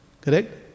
Correct